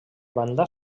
banda